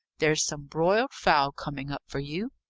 there's some broiled fowl coming up for you.